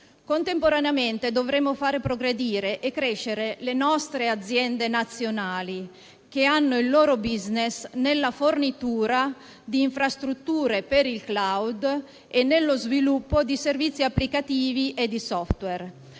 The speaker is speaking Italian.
Contemporaneamente dovremo far progredire e crescere le nostre aziende nazionali, che hanno il loro *business* nella fornitura di infrastrutture per il *cloud* e nello sviluppo di servizi applicativi e di *software*.